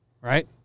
Right